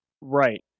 Right